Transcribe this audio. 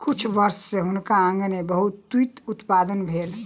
किछ वर्ष सॅ हुनकर आँगन में बहुत तूईत उत्पादन भेल